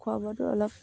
খোৱা বোৱাতো অলপ